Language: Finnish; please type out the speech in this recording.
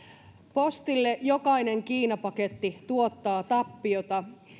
postille jokainen kiinapaketti tuottaa tappiota